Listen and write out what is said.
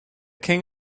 king